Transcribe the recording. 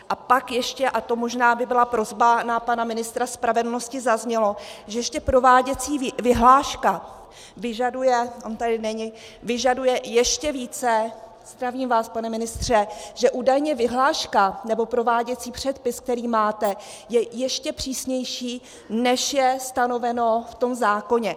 A pak ještě, a to možná by byla prosba na pana ministra spravedlnosti, zaznělo, že ještě prováděcí vyhláška vyžaduje on tady není vyžaduje ještě více zdravím vás, pane ministře že údajně vyhláška, nebo prováděcí předpis, který máte, je ještě přísnější, než je stanoveno v tom zákoně.